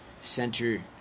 center